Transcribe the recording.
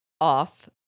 off